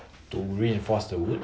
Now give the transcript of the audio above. to reinforce the wood